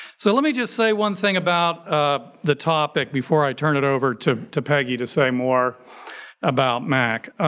so let me just say one thing about ah the topic before i turn it over to to peggy to say more about mac.